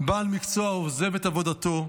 בעל מקצוע עוזב את עבודתו,